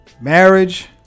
Marriage